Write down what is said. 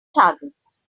targets